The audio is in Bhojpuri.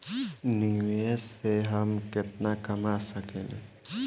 निवेश से हम केतना कमा सकेनी?